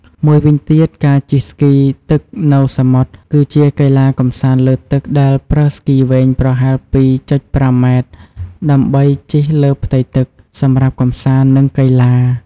មួយវិញទៀតការជិះស្គីទឹកនៅសមុទ្រ គឺជាកីឡាកម្សាន្តលើទឹកដែលប្រើស្គីវែងប្រហែល ២.៥ ម៉ែត្រ ដើម្បីជិះលើផ្ទៃទឹក សម្រាប់កំសាន្ត និងកីឡា។